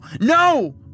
No